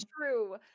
True